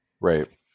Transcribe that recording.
Right